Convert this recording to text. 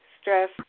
stress